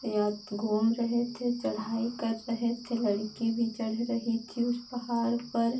या घूम रहे थे चढ़ाई कर रहे थे लड़की भी चढ़ रही थी उस पहाड़ पर